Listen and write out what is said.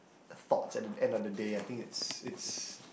thoughts at the end of the day I think it's it's